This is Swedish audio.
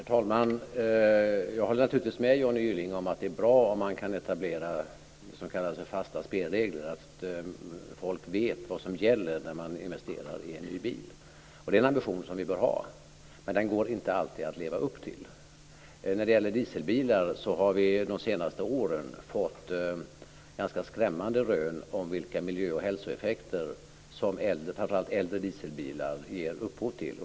Herr talman! Jag håller naturligtvis med Johnny Gylling om att det är bra om man kan etablera det som kallas för fasta spelregler, så att folk vet vad som gäller när de investerar i en ny bil. Det är en ambition som vi bör ha. Men den går inte alltid att leva upp till. När det gäller dieselbilar har vi de senaste åren fått ganska skrämmande rön om vilka miljö och hälsoeffekter som framför allt äldre dieselbilar ger upphov till.